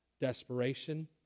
Desperation